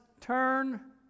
turn